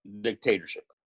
dictatorship